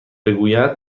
بگوید